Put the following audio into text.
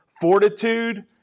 fortitude